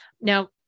Now